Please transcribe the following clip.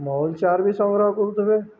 mall ଚାର ବି ସଂଗ୍ରହ କରୁଥିବେ